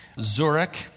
Zurich